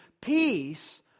peace